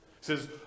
says